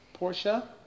Porsche